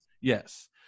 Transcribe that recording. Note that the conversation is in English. Yes